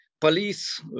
police